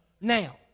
now